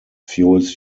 fuels